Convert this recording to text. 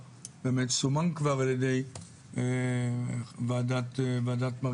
זה סומן כבר על ידי ועדת מרגלית.